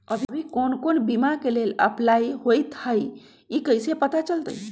अभी कौन कौन बीमा के लेल अपलाइ होईत हई ई कईसे पता चलतई?